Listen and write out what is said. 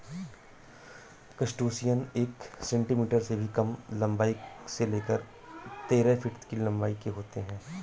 crustacean एक centimetre से भी कम लंबाई से लेकर तेरह फीट तक की लंबाई के होते हैं